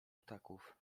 ptaków